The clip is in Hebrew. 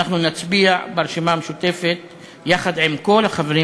אנחנו ברשימה המשותפת נצביע יחד עם כל החברים